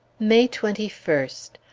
may twenty first.